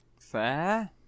Fair